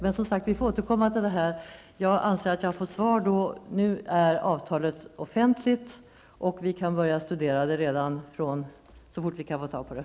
Vi får som sagt återkomma till detta. Jag anser att jag har fått svar. Nu är avtalet offentligt, och vi kan börja studera det så fort vi kan få tag på det.